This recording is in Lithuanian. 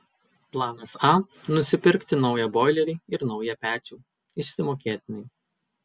planas a nusipirkti naują boilerį ir naują pečių išsimokėtinai